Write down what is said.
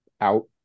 out